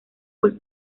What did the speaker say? pues